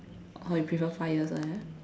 or you prefer five years one ah